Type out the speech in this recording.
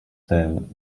though